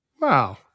Wow